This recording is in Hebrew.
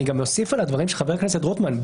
אני גם אוסיף על הדברים של חבר הכנסת רוטמן,